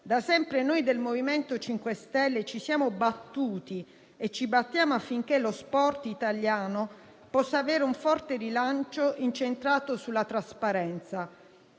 Da sempre noi del MoVimento 5 Stelle ci siamo battuti e ci battiamo affinché lo sport italiano possa avere un forte rilancio incentrato sulla trasparenza,